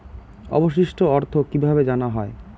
অবশিষ্ট অর্থ কিভাবে জানা হয়?